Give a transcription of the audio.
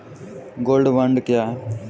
Gold bond क्या है?